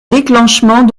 déclenchement